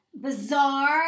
bizarre